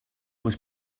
was